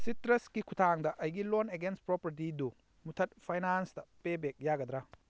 ꯁꯤꯇ꯭ꯔꯁꯀꯤ ꯈꯨꯊꯥꯡꯗ ꯑꯩꯒꯤ loan against ꯄ꯭ꯔꯣꯄꯔꯇꯤꯗꯨ ꯃꯨꯊꯠ ꯐꯩꯅꯥꯏꯟꯇ ꯄꯦꯕꯦꯛ ꯌꯥꯒꯗ꯭ꯔꯥ